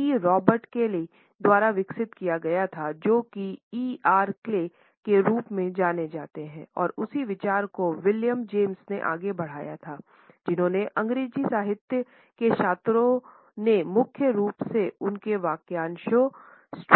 ई Robert Kelly के उपयोग के लिए मान्यता दी थी